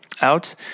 out